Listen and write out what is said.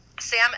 Sam